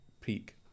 peak